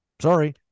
Sorry